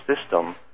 system